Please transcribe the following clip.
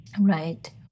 Right